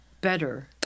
better